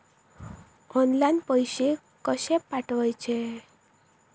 Online पैसे कशे पाठवचे?